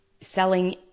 selling